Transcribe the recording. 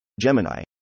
Gemini